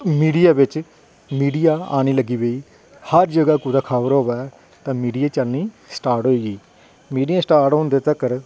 media बिच media औने लग्गी पेई हर जगह कोई खबर होऐ ते मीडिया च चलना स्टार्ट होई गेई मीडिया स्टार्ट होंदे तगर